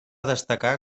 destacar